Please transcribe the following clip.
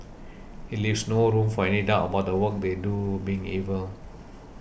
it leaves no room for any doubt about the work they do being evil